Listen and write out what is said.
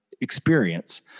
experience